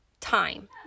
time